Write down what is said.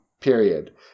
period